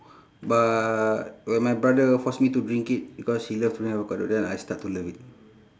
but when my brother force me to drink it because he love to drink avocado then I start to love it